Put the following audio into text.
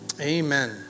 Amen